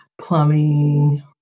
plumbing